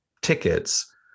tickets